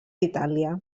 itàlia